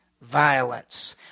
violence